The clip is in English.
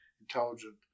intelligent